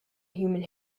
human